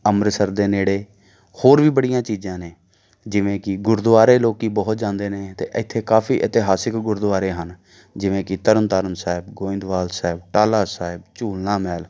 ਅੰਮ੍ਰਿਤਸਰ ਦੇ ਨੇੜੇ ਹੋਰ ਵੀ ਬੜੀਆਂ ਚੀਜ਼ਾਂ ਨੇ ਜਿਵੇਂ ਕਿ ਗੁਰਦੁਆਰੇ ਲੋਕ ਬਹੁਤ ਜਾਂਦੇ ਨੇ ਅਤੇ ਇੱਥੇ ਕਾਫ਼ੀ ਇਤਿਹਾਸਿਕ ਗੁਰਦੁਆਰੇ ਹਨ ਜਿਵੇਂ ਕਿ ਤਰਨਤਾਰਨ ਸਾਹਿਬ ਗੋਇੰਦਵਾਲ ਸਾਹਿਬ ਟਾਹਲਾ ਸਾਹਿਬ ਝੂਲਨਾ ਮਹਿਲ